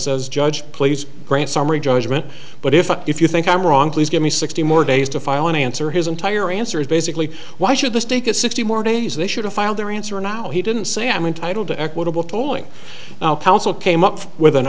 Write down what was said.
says judge please grant summary judgment but if if you think i'm wrong please give me sixty more days to file an answer his entire answer is basically why should the state get sixty more days they should have filed their answer now he didn't say i'm entitled to equitable tolling came up with an